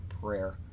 prayer